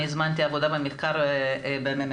אני הזמנתי עבודת מחקר בממ"מ,